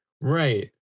Right